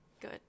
good